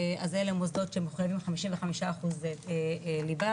אז אלה מוסדות שמחייבים 55% ליבה,